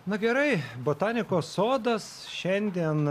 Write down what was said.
na gerai botanikos sodas šiandien